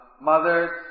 mothers